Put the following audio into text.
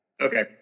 Okay